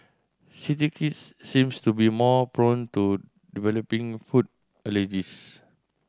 city kids seems to be more prone to developing food allergies